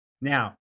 Now